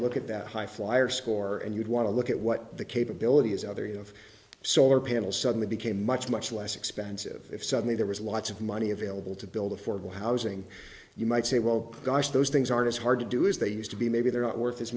look at that high flyer score and you'd want to look at what the capability is other you have solar panel suddenly became much much less expensive if suddenly there was lots of money available to build affordable housing you might say well gosh those things aren't as hard to do is they used to be maybe they're not worth as